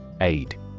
Aid